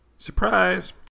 Surprise